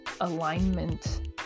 alignment